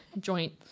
joint